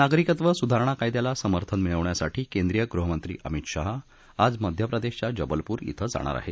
नागरिकत्व सुधारणा कायद्याला समर्थन मिळवण्यासाठी केंद्रीय गृहमंत्री अमित शाह आज मध्यप्रदेशच्या जबलपूर इं जाणार आहेत